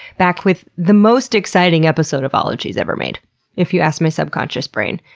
back with the most exciting episode of ologies ever made if you ask my subconscious brain,